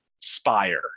spire